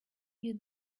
you